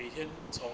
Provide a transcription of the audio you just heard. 每天从